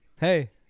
hey